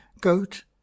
Goat